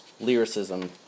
lyricism